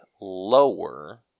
lower